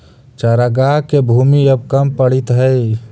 चरागाह के भूमि अब कम पड़ीत हइ